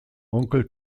onkel